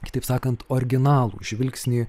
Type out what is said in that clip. kitaip sakant originalų žvilgsnį